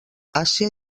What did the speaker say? àsia